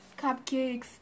Cupcakes